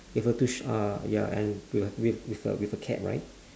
with a two ya and with a with with a with a cat right